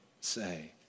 say